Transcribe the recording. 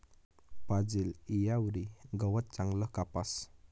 पाजेल ईयावरी गवत चांगलं कापास